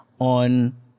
on